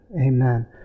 Amen